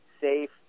safe